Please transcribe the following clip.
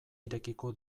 irekiko